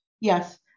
Yes